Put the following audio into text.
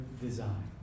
design